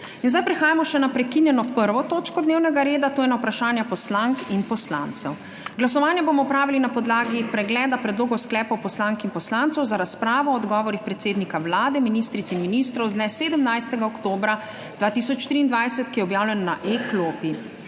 reda. Prehajamo še na prekinjeno 1. točko dnevnega reda, to je na Vprašanja poslank in poslancev. Glasovanje bomo opravili na podlagi Pregleda predlogov sklepov poslanke in poslancev za razpravo o odgovorih predsednika Vlade, ministric in ministrov z dne 17. oktobra 2023, ki je objavljen na e-klopi.